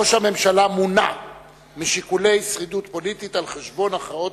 ראש הממשלה מונע משיקולי שרידות פוליטית על-חשבון הכרעות